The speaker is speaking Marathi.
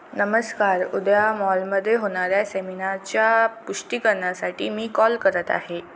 नमस्कार उद्या मॉलमध्ये होणाऱ्या सेमिनारच्या पुष्टीकरणासाठी मी कॉल करत आहे